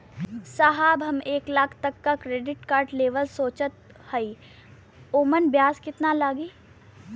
साहब हम एक लाख तक क क्रेडिट कार्ड लेवल सोचत हई ओमन ब्याज कितना लागि?